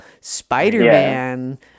Spider-Man